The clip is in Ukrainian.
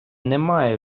немає